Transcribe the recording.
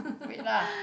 wait lah